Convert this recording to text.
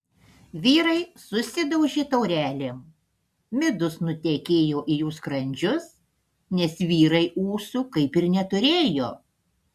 vyrai susidaužė taurelėm midus nutekėjo į jų skrandžius nes vyrai ūsų kaip ir neturėjo